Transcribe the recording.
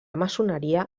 maçoneria